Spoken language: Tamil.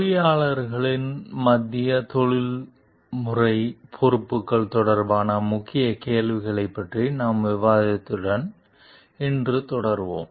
பொறியியலாளர்களின் மத்திய தொழில்முறை பொறுப்புகள் தொடர்பான முக்கிய கேள்விகளைப் பற்றிய நமது விவாதத்துடன் இன்று தொடருவோம்